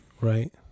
right